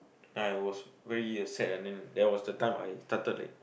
I was very uh sad and then that was the time I started like